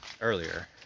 earlier